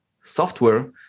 software